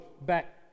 back